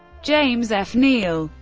james f. neal,